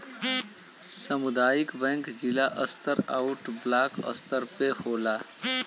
सामुदायिक बैंक जिला स्तर आउर ब्लाक स्तर पे होला